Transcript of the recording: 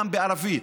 גם בערבית.